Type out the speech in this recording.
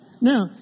Now